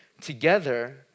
Together